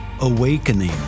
Awakening